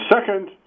second